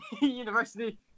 University